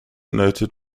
noted